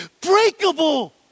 breakable